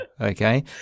okay